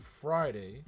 Friday